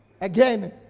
Again